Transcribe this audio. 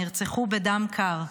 נרצחו בדם קר,